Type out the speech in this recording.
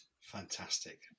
fantastic